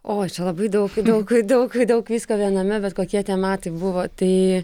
oi čia labai daug daug daug daug visko viename bet kokie tie metai buvo tai